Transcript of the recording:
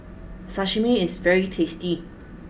Sashimi is very tasty